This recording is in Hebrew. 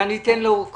אתן למאור קודם,